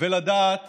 ולדעת